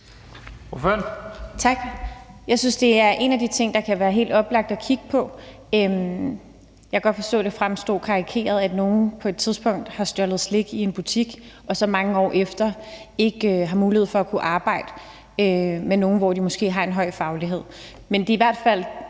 Jeg synes, det er en af de ting, det kan være helt oplagt at kigge på. Jeg kan godt forstå, at det fremstod karrikeret, at nogle på et tidspunkt har stjålet slik i en butik og så mange år efter ikke har mulighed for at kunne arbejde, selv om de måske har en høj faglighed.